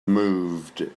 moved